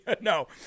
No